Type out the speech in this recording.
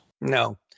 No